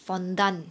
fondant